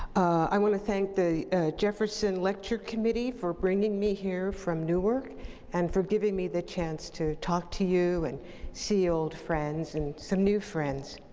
i wanna thank the jefferson lecture committee for bringing me here from newark and for giving me the chance to talk to you and see old friends and some new friends.